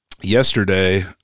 yesterday